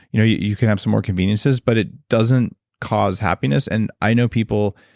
you can have some more conveniences, but it doesn't cause happiness. and i know people.